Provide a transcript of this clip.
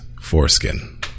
foreskin